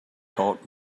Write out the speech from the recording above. taught